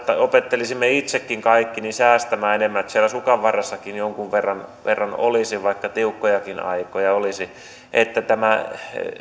opettelisimme itsekin kaikki säästämään enemmän että siellä sukanvarressakin jonkun verran verran olisi vaikka tiukkojakin aikoja olisi että tämä